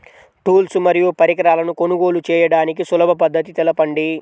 Tools మరియు పరికరాలను కొనుగోలు చేయడానికి సులభ పద్దతి తెలపండి?